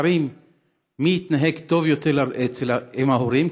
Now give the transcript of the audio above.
מתחרים מי יתנהג טוב יותר עם ההורים,